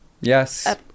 Yes